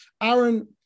Aaron